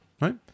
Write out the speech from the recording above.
right